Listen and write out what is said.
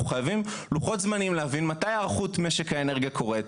חייבים לוחות זמנים להבין מתי היערכות משק האנרגיה קורית,